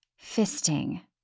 Fisting